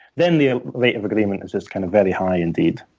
then the rate of agreement is just kind of very high indeed.